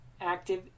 active